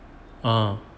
oh